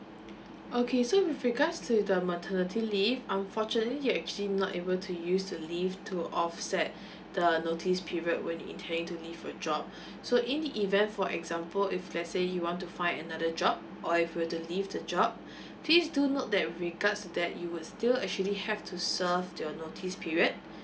okay so with regards to the maternity leave unfortunately you're actually not able to use the leave to offset the notice period when you intending to leave a job so in the event for example if let's say you want to fine another job or if you were to leave the job please do note that regards to that you will still actually have to serve your notice period